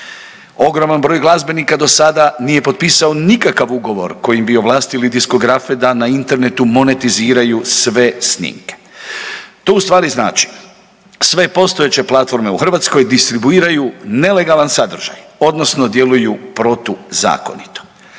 Ogroman broj glazbenika do sada nije potpisao nikakav ugovor kojim bi ovlastili diskografe da na internetu monetiziraju sve snimke. To ustvari znači, sve postojeće platforme u Hrvatskoj distribuiraju nelegalan sadržaj, odnosno djeluju protuzakonito.